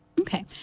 Okay